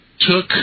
took